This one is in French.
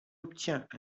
obtient